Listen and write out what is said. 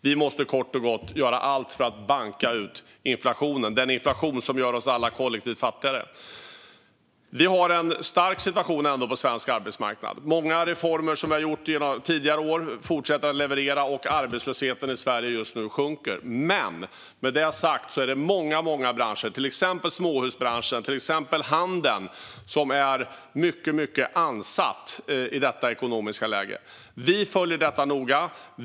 Vi måste kort och gott göra allt för att banka ut den inflation som gör oss alla kollektivt fattigare. Vi har ändå en stark situation på svensk arbetsmarknad: Många reformer vi har gjort under tidigare år fortsätter att leverera, och arbetslösheten i Sverige sjunker just nu. Men med det sagt är det många branscher, till exempel småhusbranschen och handeln, som är mycket ansatta i detta ekonomiska läge. Vi följer detta noga.